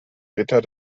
ritter